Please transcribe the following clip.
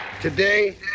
Today